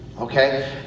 okay